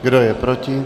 Kdo je proti?